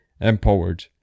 empowered